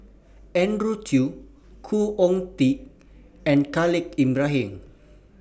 Andrew Chew Khoo Oon Teik and Khalil Ibrahim